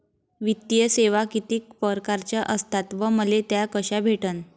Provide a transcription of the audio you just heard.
वित्तीय सेवा कितीक परकारच्या असतात व मले त्या कशा भेटन?